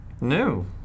No